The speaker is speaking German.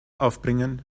aufbringen